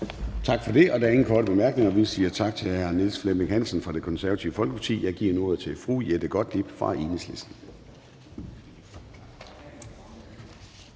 Tak for det. Der er ingen korte bemærkninger. Vi siger tak til hr. Niels Flemming Hansen fra Det Konservative Folkeparti. Jeg giver nu ordet til fru Jette Gottlieb fra Enhedslisten.